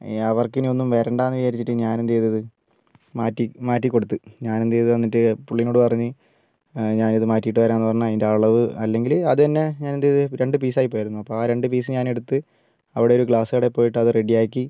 അവർക്കിനിയൊന്നും വരണ്ടായെന്ന് വിചാരിച്ചിട്ട് ഞാൻ എന്ത് ചെയ്തത് മാറ്റി മാറ്റിക്കൊടുത്ത് ഞാൻ എന്ത് ചെയ്തു എന്നിട്ട് പുള്ളീനോട് പറഞ്ഞു ഞാൻ ഇത് മാറ്റിയിട്ട് വാരാമെന്ന് പറഞ്ഞ് അതിൻ്റെ അളവ് അല്ലെങ്കിൽ അത് തന്നെ ഞാൻ എന്ത് ചെയ്തു രണ്ട് പീസ് ആയി പോയിരുന്നു അപ്പോൾ രണ്ട് പീസ് ഞാൻ എടുത്ത് അവിടെ ഒരു ഗ്ലാസ്സ് കടയിൽ പോയിട്ട് അത് റെഡിയാക്കി